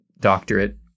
doctorate